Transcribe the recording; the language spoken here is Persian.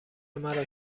مرا